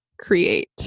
create